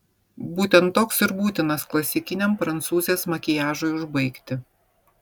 būtent toks ir būtinas klasikiniam prancūzės makiažui užbaigti